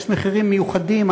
יש מחירים מיוחדים,